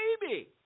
baby